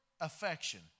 affection